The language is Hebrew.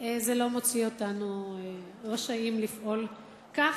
זה לא מוציא אותנו רשאים לפעול כך.